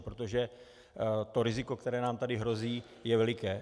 Protože riziko, které nám tady hrozí, je veliké.